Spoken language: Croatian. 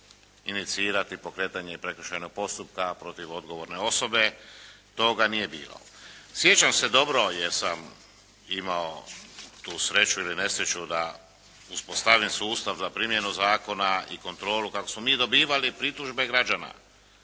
inicirati pokretanje prekršajnog postupka protiv odgovorne osobe. Toga nije bilo. Sjećam se dobro jer sam imao tu sreću ili nesreću da uspostavim sustav za primjenu zakona i kontrolu kako smo mi dobivali pritužbe građana